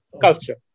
culture